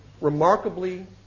remarkably